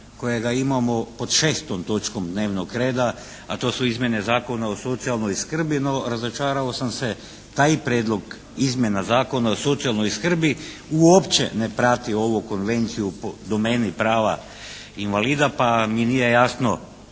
kojega imamo pod šestom točkom dnevnog reda, a to izmjene Zakona o socijalnoj skrbi. No, razočarao sam se. Taj prijedlog izmjena zakona o socijalnoj skrbi uopće ne prati ovu konvenciju u domeni prava invalida, pa mi nije jasno